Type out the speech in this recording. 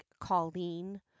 Colleen